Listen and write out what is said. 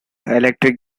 electric